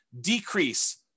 decrease